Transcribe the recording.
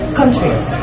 countries